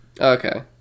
Okay